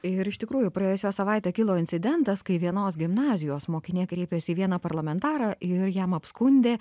ir iš tikrųjų praėjusią savaitę kilo incidentas kai vienos gimnazijos mokinė kreipėsi į vieną parlamentarą ir jam apskundė